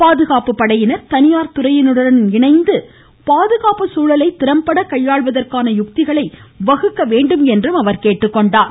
பாதுகாப்பு படையினரும் தனியார் துறையினருடன் இணைந்து பாதுகாப்பு சூழலை திறம்பட கையாள்வதற்கான யுக்திகளை வகுக்கவேண்டும் என்றும் அவர் கேட்டுக் கொண்டார்